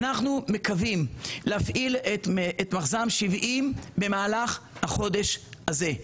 אנחנו מקווים להפעיל את מחז"מ 70 במהלך החודש הזה.